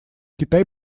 китай